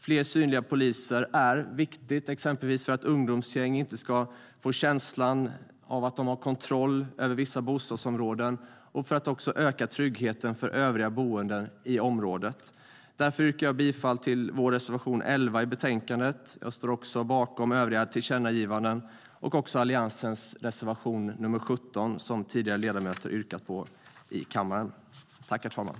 Fler synliga poliser är viktigt exempelvis för att ungdomsgäng inte ska få känslan av att ha kontroll över vissa bostadsområden och för att öka tryggheten för övriga boende i området. Därför yrkar jag bifall till vår reservation nr 11 i betänkandet. Jag står också bakom alla tillkännagivanden. Dessutom yrkar jag bifall till Alliansens reservation nr 17, som tidigare ledamöter yrkat på i kammaren.